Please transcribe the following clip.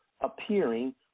appearing